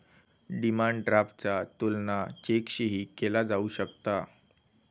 demand ड्राफ्टचा तुलना चेकशीही केला जाऊ शकता